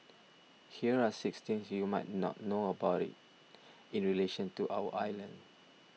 here are six things you might not know about it in relation to our island